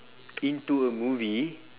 into a movie